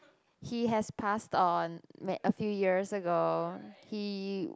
he has passed on a few years ago he